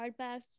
hardbacks